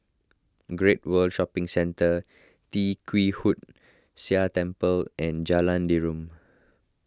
Great World Shopping Centre Tee Kwee Hood Sia Temple and Jalan Derum